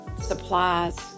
Supplies